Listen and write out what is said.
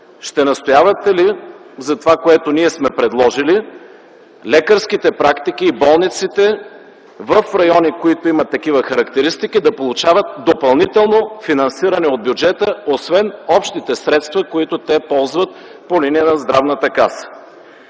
ще настоявате ли за това, което ние сме предложили – лекарските практики и болниците в райони, които имат такива характеристики, да получават допълнително финансиране от бюджета освен общите средства, които те ползват по линия на Здравната каса?